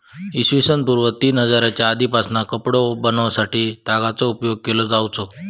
इ.स पूर्व तीन हजारच्या आदीपासना कपडो बनवच्यासाठी तागाचो उपयोग केलो जावचो